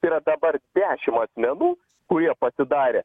tai yra dabar dešimt asmenų kurie pasidarė